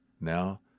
Now